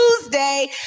Tuesday